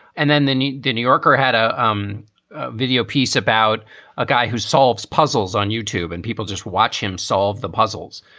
and then then the new yorker had a um video piece about a guy who solves puzzles on youtube and people just watch him solve the puzzles.